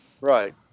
Right